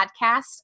podcast